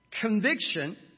Conviction